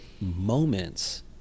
moments